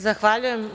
Zahvaljujem.